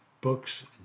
books